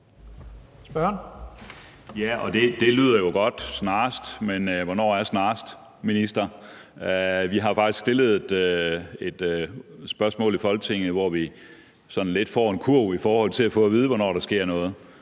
Det lyder jo godt med »snarest«, men hvornår er snarest, minister? Vi har faktisk stillet et spørgsmål i Folketinget, hvor vi sådan lidt får en kurv i forhold til at få at vide, hvornår der sker noget.